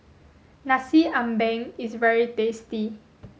Nasi Ambeng is very tasty